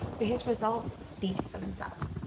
but his results speak for themselves.